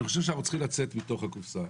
אני חושב שאנחנו צריכים לצאת מתוך הקופסה,